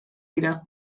dira